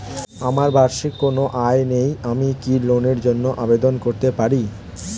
আমার বার্ষিক কোন আয় নেই আমি কি লোনের জন্য আবেদন করতে পারি?